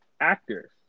actors